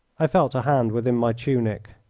i felt a hand within my tunic.